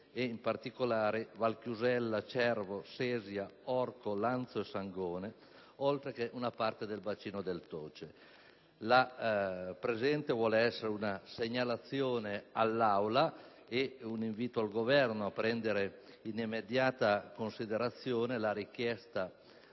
in particolare Valchiusella, Cervo, Sesia, Orco, Lanzo e Sangone, oltre che una parte del bacino del Toce. Con questo intervento voglio fare una segnalazione all'Aula, nonché un invito al Governo a prendere in immediata considerazione la richiesta